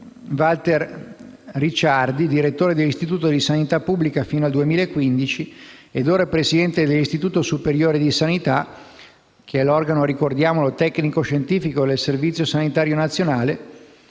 Walter Ricciardi, direttore dell'Istituto di sanità pubblica fino al 2015 ed ora Presidente dell'Istituto superiore di sanità (ricordiamo che è l'organo tecnico-scientifico del Servizio sanitario nazionale),